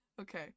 Okay